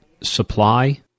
supply